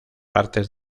partes